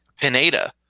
Pineda